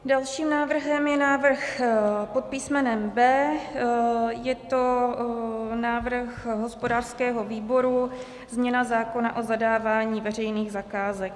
Dalším návrhem je návrh pod písmenem B. Je to návrh hospodářského výboru, změna zákona o zadávání veřejných zakázek.